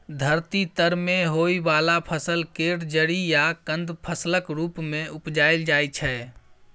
धरती तर में होइ वाला फसल केर जरि या कन्द फसलक रूप मे उपजाइल जाइ छै